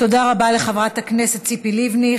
תודה רבה לחברת הכנסת ציפי לבני.